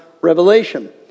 revelation